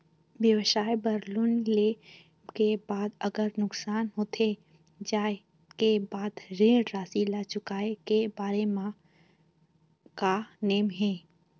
व्यवसाय बर लोन ले के बाद अगर नुकसान होथे जाय के बाद ऋण राशि ला चुकाए के बारे म का नेम हे?